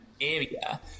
area